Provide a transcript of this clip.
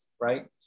right